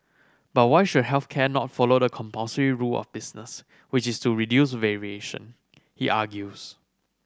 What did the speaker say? but why should health care not follow the compulsory rule of business which is to reduce variation he argues